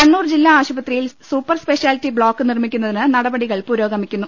കണ്ണൂർ ജില്ലാ ആശുപത്രിയിൽ super speciality block നിർമ്മിക്കുന്നതിന് നടപടികൾ പുരോഗമിക്കുന്നു